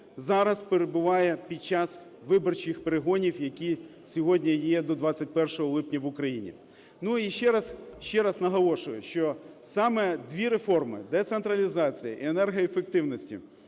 зараз перебуває під час виборчих перегонів, які сьогодні є до 21 липня в Україні. І ще раз, ще раз наголошую, що саме дві реформи – децентралізації і енергоефективності –